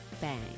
Bang